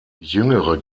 jüngere